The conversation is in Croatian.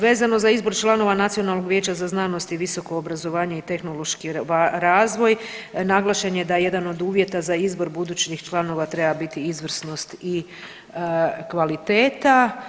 Vezano za izbor članova Nacionalnog vijeća za znanost i visoko obrazovanje i tehnološki razvoj, naglašen je da jedan od uvjeta za izbor budućih članova treba biti izvrsnost i kvaliteta.